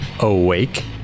awake